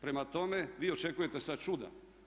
Prema tome, vi očekujete sad čuda.